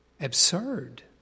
Absurd